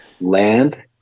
land